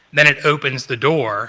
then it opens the door